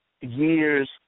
years